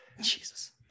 Jesus